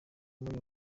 muri